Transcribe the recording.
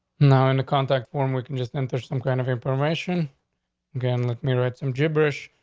now in the contact form, we can just enter some kind of information again. let me write some gibberish.